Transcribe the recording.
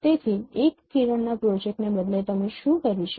તેથી એક કિરણના પ્રોજેક્ટને બદલે તમે શું કરી શકો